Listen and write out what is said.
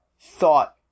thought